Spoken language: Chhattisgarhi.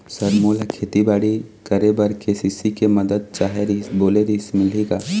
सर मोला खेतीबाड़ी करेबर के.सी.सी के मंदत चाही बोले रीहिस मिलही का?